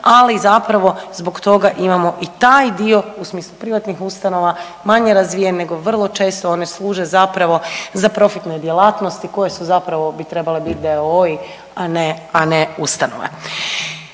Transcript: ali zapravo zbog toga imamo i taj dio u smislu privatnih ustanova manje razvijen nego vrlo često one služe zapravo za profitne djelatnosti koje su zapravo bi trebale biti d.o.o. a ne ustanove.